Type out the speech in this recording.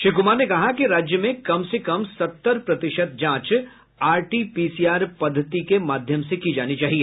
श्री कुमार ने कहा कि राज्य में कम से कम सत्तर प्रतिशत जांच आरटी पीसीआर पद्धति के माध्यम से की जानी चाहिए